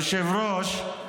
היושב-ראש,